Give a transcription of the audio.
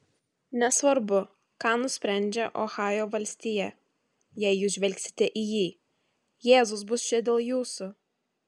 nesvarbu ką nusprendžia ohajo valstija jei jūs žvelgsite į jį jėzus bus čia dėl jūsų